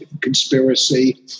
conspiracy